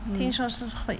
mm